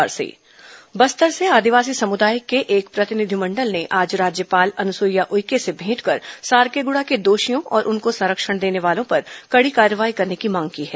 राज्यपाल सारकेगुड़ा बस्तर से आदिवासी समुदाय के एक प्रतिनिधिमंडल ने आज राज्यपाल अनुसुईया उइके से भेंट कर सारकेगुड़ा के दोषियों और उनको सरंक्षण देने वालों पर कड़ी कार्रवाई करने की मांग की है